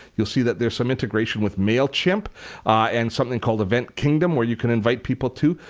you'll see that there's some integration with mailchimp and something called event kingdom where you can invite people to.